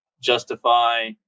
justify